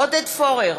עודד פורר,